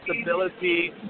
stability